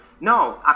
No